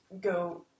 go